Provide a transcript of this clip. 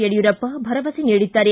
ಯಡಿಯೂರಪ್ಪ ಭರವಸೆ ನೀಡಿದ್ದಾರೆ